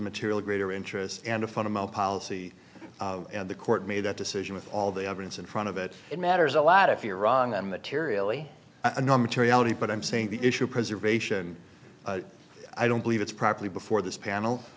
material greater interest and a fundamental policy and the court made that decision with all the evidence in front of it it matters a lot if iran then materially a number to reality but i'm saying the issue preservation i don't believe it's properly before this panel